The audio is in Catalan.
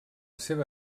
seva